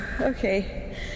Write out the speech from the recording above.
Okay